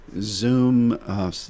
Zoom